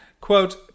quote